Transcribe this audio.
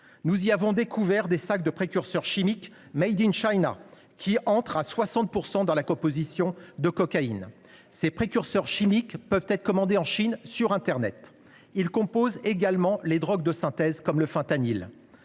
Nous y avons découvert des sacs de précurseurs chimiques fabriqués en Chine, qui entrent à 60 % dans la composition de la cocaïne. Ces précurseurs chimiques peuvent être commandés sur internet. Ils composent également les drogues de synthèse comme le Fentanyl.